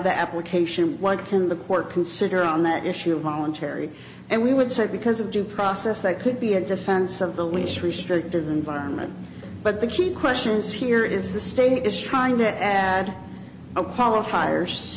the application what can the court consider on that issue of voluntary and we would say because of due process that could be a defense of the least restrictive environment but the key questions here is the state is trying to add a qualifier